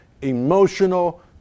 emotional